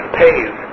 pays